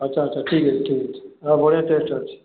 ଆଚ୍ଛା ଆଚ୍ଛା ଠିକ୍ ଅଛି ଠିକ୍ ଅଛି ଆ ବଢ଼ିଆ ଟେଷ୍ଟ୍ ଅଛି